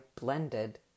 blended